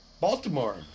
Baltimore